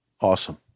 Awesome